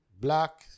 black